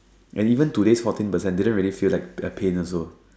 and even today fourteen percent didn't really feel like the pain also